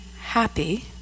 happy